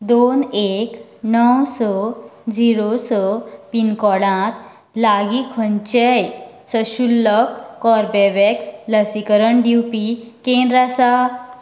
दोन एक णव स झिरो स पिनकोडांत लागीं खंयचेंय सशुल्क कोर्बेवॅक्स लसिकरण दिवपी केंद्र आसा